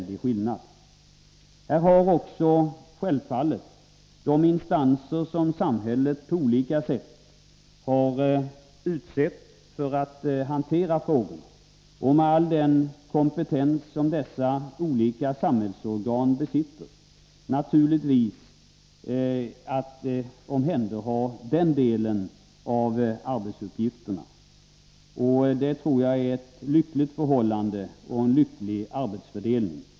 De instanser som samhället på olika sätt har utsett för att handlägga dessa frågor har naturligtvis, med all den kompetens som dessa olika samhällsorgan besitter, att omhänderha den delen av arbetsuppgifterna. Det tror jag är ett lyckligt förhållande och en lycklig arbetsfördelning.